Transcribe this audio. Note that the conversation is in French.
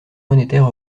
monétaire